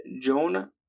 Joan